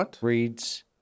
reads